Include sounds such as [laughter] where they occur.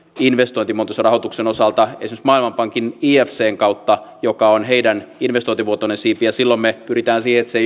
investointimuotoisen rahoituksen osalta esimerkiksi maailmanpankin ifcn kautta joka on heidän investointimuotoinen siipensä ja silloin me pyrimme siihen että se [unintelligible]